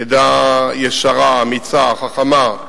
עדה ישרה, אמיצה, חכמה,